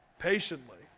patiently